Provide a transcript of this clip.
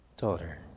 Daughter